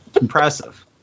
Impressive